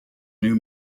new